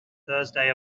thursday